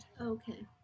Okay